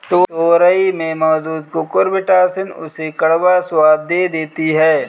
तोरई में मौजूद कुकुरबिटॉसिन उसे कड़वा स्वाद दे देती है